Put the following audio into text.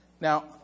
Now